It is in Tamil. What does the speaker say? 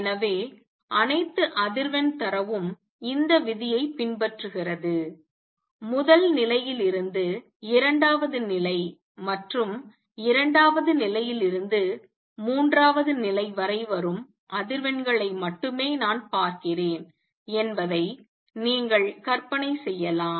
எனவே அனைத்து அதிர்வெண் தரவும் இந்த விதியைப் பின்பற்றுகிறது முதல் நிலையிலிருந்து இரண்டாவது நிலை மற்றும் இரண்டாவது நிலையிலிருந்து மூன்றாவது நிலை வரை வரும் அதிர்வெண்களை மட்டுமே நான் பார்க்கிறேன் என்பதை நீங்கள் கற்பனை செய்யலாம்